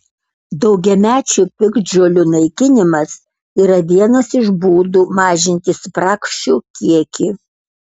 daugiamečių piktžolių naikinimas yra vienas iš būdų mažinti spragšių kiekį